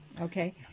okay